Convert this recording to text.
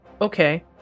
Okay